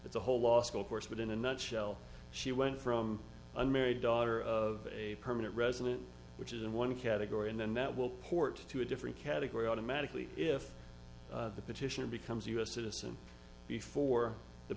it's a whole law school course but in a nutshell she went from unmarried daughter of a permanent resident which is in one category and then that will port to a different category automatically if the petitioner becomes a u s citizen before the